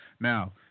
Now